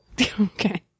Okay